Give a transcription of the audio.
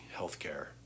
healthcare